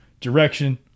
direction